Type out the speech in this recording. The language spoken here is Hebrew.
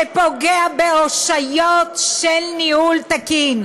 שפוגע באושיות של ניהול תקין.